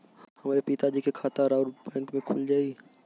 हमरे पिता जी के खाता राउर बैंक में खुल जाई?